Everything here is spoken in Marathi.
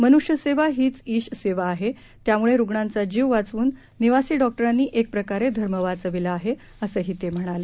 मनुष्यसेवाहीचईशसेवाआहेत्यामुळेरुग्णांचाजीववाचवूननिवासीडॉक्टरांनीएकप्रकारेधर्मवाचविलाआहे असंहीतेम्हणाले